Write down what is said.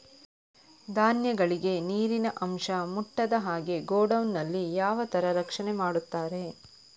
ಧಾನ್ಯಗಳಿಗೆ ನೀರಿನ ಅಂಶ ಮುಟ್ಟದ ಹಾಗೆ ಗೋಡೌನ್ ನಲ್ಲಿ ಯಾವ ತರ ರಕ್ಷಣೆ ಮಾಡ್ತಾರೆ?